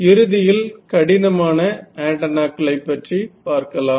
இறுதியில் கடினமான ஆண்டென்னாக்களைப் பற்றி பார்க்கலாம்